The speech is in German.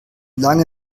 lange